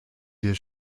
dir